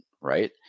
right